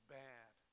bad